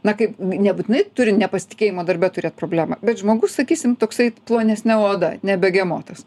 na kaip nebūtinai turi nepasitikėjimo darbe turėt problemą bet žmogus sakysim toksai plonesne oda ne begemotas